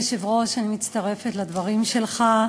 אדוני היושב-ראש, אני מצטרפת לדברים שלך.